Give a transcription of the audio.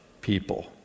people